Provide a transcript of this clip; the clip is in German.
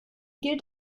gilt